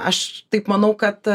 aš taip manau kad